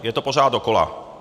Je to pořád dokola.